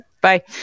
Bye